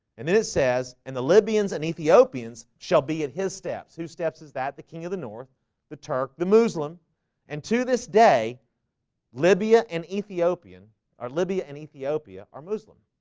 and then it says and the libyans and ethiopians shall be at his steps who steps is that the king of the north the turk the muslim and to this day libya and ethiopian are libya and ethiopia are muslim